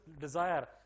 desire